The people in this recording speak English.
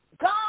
God